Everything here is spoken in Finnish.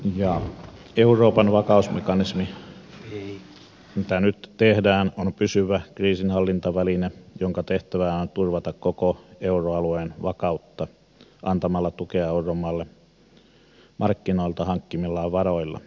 euroopan vakausmekanismi jota nyt tehdään on pysyvä kriisinhallintaväline jonka tehtävä on turvata koko euroalueen vakautta antamalla tukea euromaille markkinoilta hankituilla varoilla